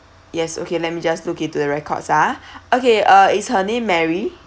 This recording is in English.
yes okay let me just look into the records ah okay uh is her name mary